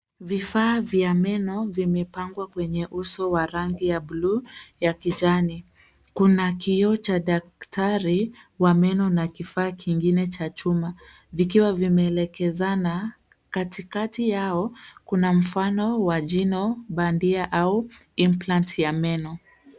Vifaa vya meno vimepangwa kwenye uso wa rangi ya buluu ya kijani. Kuna kioo cha daktari wa meno na kifaa kingine cha chuma vikiwa vimeelekezana. Katikati yao kuna mfano wa jino bandia au implant ya meno.